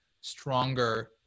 stronger